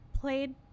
played